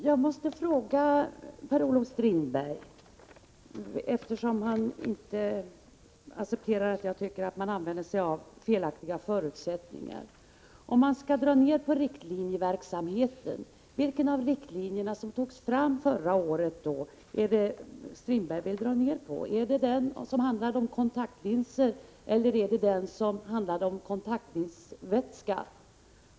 Herr talman! Eftersom Per-Olof Strindberg inte accepterar min åsikt att man använder felaktiga förutsättningar vill jag fråga: Om man skall dra ner på riktlinjeverksamheten, vilken av de riktlinjer som togs fram förra året är det Strindberg vill dra ner på? Är det den som handlar om kontaktlinser eller den som handlar om kontaktlinsvätska?